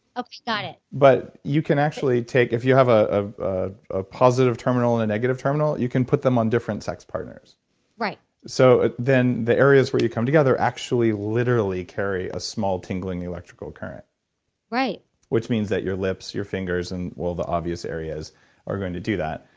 okay, got it but you can actually take, if you have ah ah ah a positive terminal and a negative terminal you can put them on different sex partners right so then the areas where you come together actually literally carry a small, tingling electrical current right which means that your lips, your fingers, and the obvious areas are going to do that.